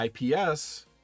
IPS